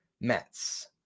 Mets